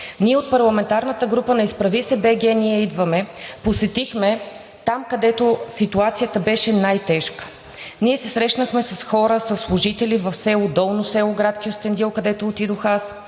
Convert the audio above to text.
Ние, от парламентарната група на „Изправи се БГ! Ние идваме!“, посетихме там, където ситуацията беше най-тежка. Ние се срещнахме с хора, със служители в село Долно село – град Кюстендил, където отидох аз,